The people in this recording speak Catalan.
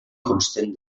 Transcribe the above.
consten